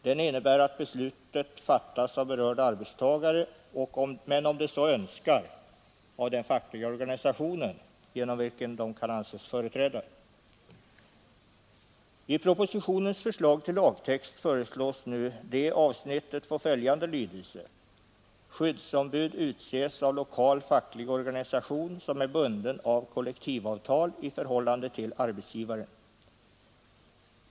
Den innebär att beslutet fattas av berörda arbetstagare, men om de så önskar av den fackliga organisation ”genom vilken de kunna anses företrädda”. I propositionens förslag till lagtext föreslås nu detta avsnitt få följande lydelse: ”Skyddsombud utses av lokal facklig organisation, som är bunden av kollektivavtal i förhållande till arbetsgivaren.